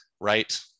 right